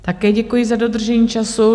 Také děkuji za dodržení času.